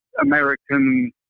American